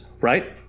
right